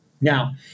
Now